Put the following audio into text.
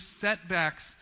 setbacks